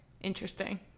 Interesting